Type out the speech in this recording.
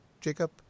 Jacob